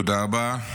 תודה רבה.